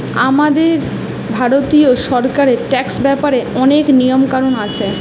আমাদের ভারতীয় সরকারের ট্যাক্স ব্যাপারে অনেক নিয়ম কানুন আছে